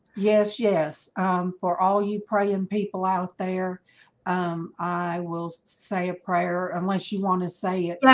yes. yes for all you praying people out there i will say a prayer unless you want to say it. yeah,